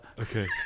okay